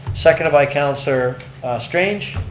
seconded by councilor strange.